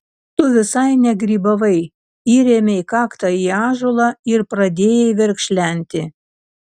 tu visai negrybavai įrėmei kaktą į ąžuolą ir pradėjai verkšlenti